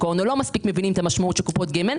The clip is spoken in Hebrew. ההון או לא מספיק מבינים את המשמעות של קופות גמל,